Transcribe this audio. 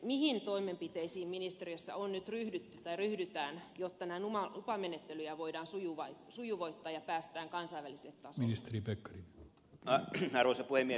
mihin toimenpiteisiin ministeriössä on nyt ryhdytty tai ryhdytään jotta lupamenettelyjä voidaan sujuvoittaa ja päästään kansainväliselle tasolle